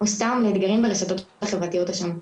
או סתם אתגרים ברשתות החברתיות השונות,